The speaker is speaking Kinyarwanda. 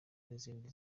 n’izindi